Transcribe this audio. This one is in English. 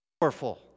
powerful